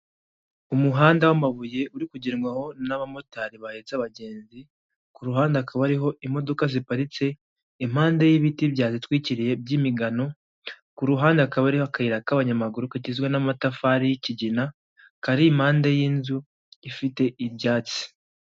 Umuhanda w'amabuye uri kugendwaho n'abamotari bahetse abagenzi, ku ruhande akaba ariho imodoka ziparitse, impande y'ibiti byazitwikiriye by'imigano, ku ruhande hakaba hariho akayira k'abanyamaguru kagizwe n'amatafari y'ikigina, kari impande y'inzu ifite ibyatsi.